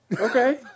Okay